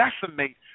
decimate